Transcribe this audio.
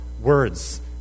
words